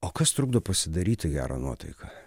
o kas trukdo pasidaryti gerą nuotaiką